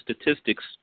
statistics